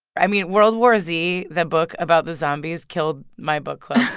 i mean, world war z, the book about the zombies, killed my book club.